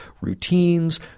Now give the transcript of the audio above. routines